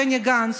בני גנץ,